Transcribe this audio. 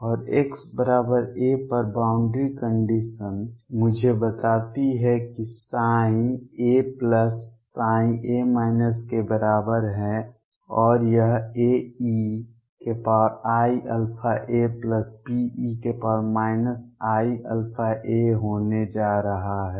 और x a पर boundary condition मुझे बताती है कि ψa ψ के बराबर है और यह AeiαaBe iαa होने जा रहा है